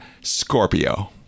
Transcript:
Scorpio